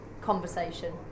conversation